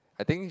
I think